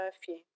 perfume